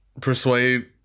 persuade